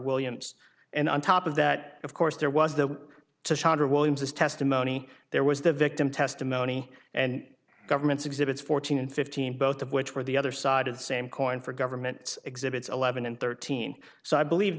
williams and on top of that of course there was the williams's testimony there was the victim testimony and the government's exhibits fourteen and fifteen both of which were the other side of the same coin for government exhibits eleven and thirteen so i believe